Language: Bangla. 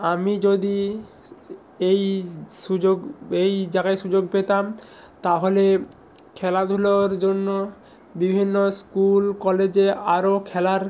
আমি যদি এই সুযোগ এই জায়গায় সুযোগ পেতাম তাহলে খেলাধুলোর জন্য বিভিন্ন স্কুল কলেজে আরও খেলার